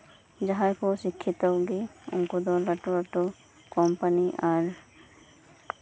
ᱟᱨ ᱡᱟᱸᱦᱟᱭ ᱠᱚ ᱥᱤᱠᱠᱷᱤᱛᱚ ᱜᱮ ᱩᱱᱠᱩ ᱫᱚ ᱞᱟᱹᱴᱩ ᱞᱟᱹᱴᱩ ᱠᱳᱢᱯᱟᱱᱤ ᱟᱨ